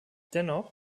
dennoch